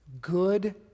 Good